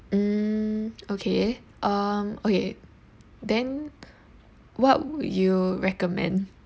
mm okay um okay then what would you recommend